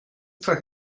for